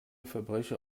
verbrecher